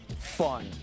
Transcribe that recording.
Fun